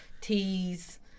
teas